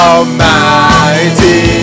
Almighty